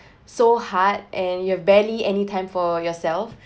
so hard and you have barely any time for yourself